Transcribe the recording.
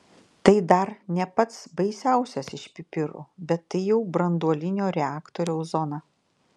tai dar ne pats baisiausias iš pipirų bet tai jau branduolinio reaktoriaus zona